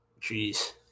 Jeez